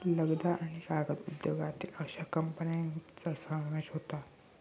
लगदा आणि कागद उद्योगातील अश्या कंपन्यांचा समावेश होता